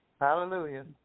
Hallelujah